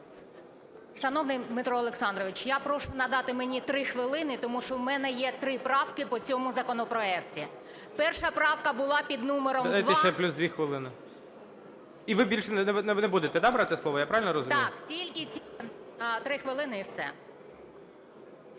Шановний Дмитро Олександрович, я прошу надати мені 3 хвилини, тому що у мене є 3 правки по цьому законопроекту. Перша правка була під номером 2… ГОЛОВУЮЧИЙ. Дайте ще плюс 2 хвилини. І ви більше не будете, да, брати слово? Я правильно розумію? 11:18:12 ГРИБ В.О. Так, тільки ці 3 хвилини, і все.